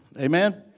Amen